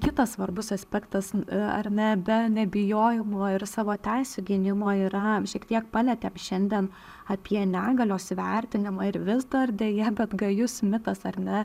kitas svarbus aspektas ar ne be nebijojimų ir savo teisių gynimo yra šiek tiek palietėm šiandien apie negalios įvertinimą ir vis dar deja bet gajus mitas ar ne